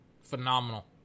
Phenomenal